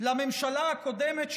לממשלה הקודמת,